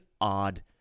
odd